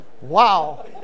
Wow